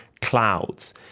clouds